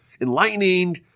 enlightening